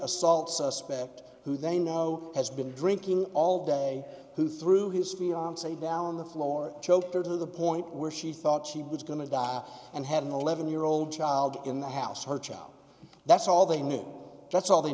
assault suspect who they know has been drinking all day who threw his fiance down the floor choked her to the point where she thought she was going to die and had an eleven year old child in the house her child that's all they mean that's all they